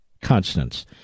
consonants